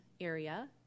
area